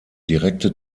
direkte